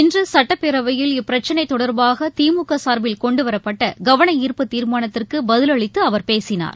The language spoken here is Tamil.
இன்றுட்டப்பேரவையில் இப்பிரச்சினைதொடர்பாகதிமுகசார்பில் கொண்டுவரப்பட்டகவனார்ப்பு தீர்மானத்திற்குபதிலளித்துஅவர் பேசினார்